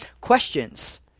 questions